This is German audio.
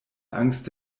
angst